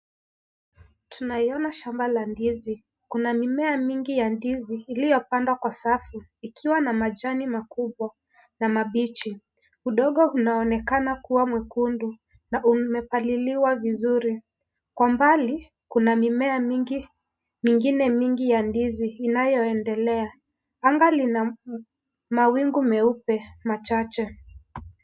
Tunaiona shamba la ndizi, kuna mimea mingi ya ndizi, iliyo pandwa kwa safu, ikiwa na majani makubwa na mabichi, udongo unaonekana kuwa mwekundu na umepaliliwa vizuri, kwa umbali kuna mimea mingi, mingine mingi ya ndizi, inayoendelea, anga lina mawingu meupe machache.